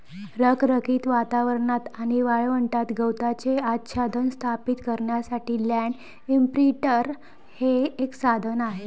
रखरखीत वातावरणात आणि वाळवंटात गवताचे आच्छादन स्थापित करण्यासाठी लँड इंप्रिंटर हे एक साधन आहे